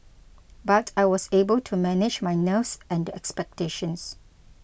but I was able to manage my nerves and the expectations